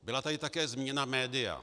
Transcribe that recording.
Byla tady také zmíněna média.